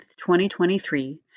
2023